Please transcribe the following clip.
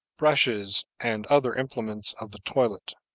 brushes, and other implements of the toilet.